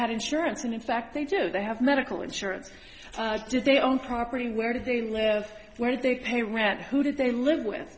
had insurance and in fact they do they have medical insurance do they own property where did they live where did they pay rent who did they live with